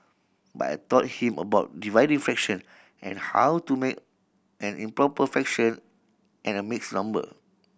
but I taught him about dividing fraction and how to make an improper fraction and a mixed number